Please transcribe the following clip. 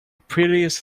prettiest